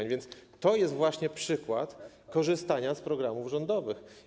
Tak więc to jest właśnie przykład korzystania z programów rządowych.